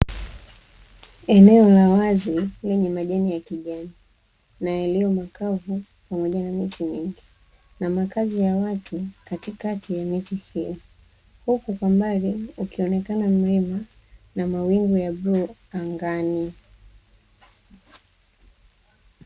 Eneo la wazi lenye majani ya kijani na yaliyo makavu pamoja na miti mingi. Na makazi ya watu katikati ya miti hiyo, huku kwa mbali ukionekana mlima na mawingu ya bluu angani.